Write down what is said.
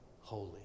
holy